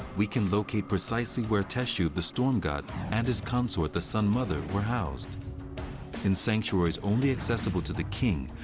we can locate precisely where teshub the storm god and his consort the sun mother were housed in sanctuaries only accessible to the king,